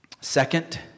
Second